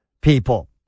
people